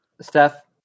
Steph